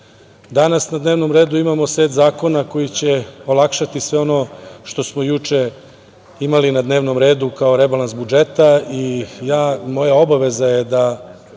na dnevnom redu ima set zakona koji će olakšati sve ono što smo juče imali na dnevnom redu kao rebalans budžeta. Moja obaveza je da